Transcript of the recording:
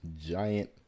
giant